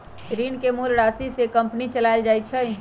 ऋण के मूल राशि से कंपनी चलाएल जाई छई